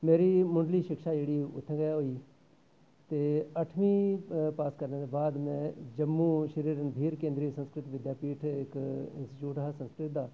मेरी मुंढली शिक्षा जेह्ड़ी उत्थै गै होई ते अठमीं पास करने दे बाद मैं जम्मू श्री रणधीर केंद्रीय संस्कृत विद्यापीठ इक इंस्टीट्यूट हा संस्कृत दा